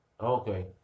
Okay